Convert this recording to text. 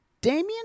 Damien